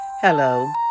Hello